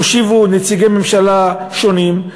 הושיבו נציגי ממשלה שונים,